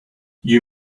you